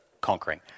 conquering